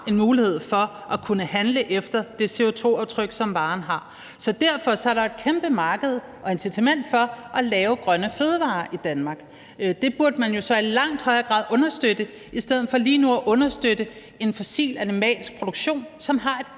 en mulighed for at kunne handle efter det CO2-aftryk, som varen har. Derfor er der jo et kæmpe marked og incitament for at lave grønne fødevarer i Danmark. Det burde man jo så i langt højere grad understøtte i stedet for som lige nu at understøtte en fossil, animalsk produktion, som har et